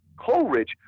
Coleridge